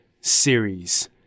series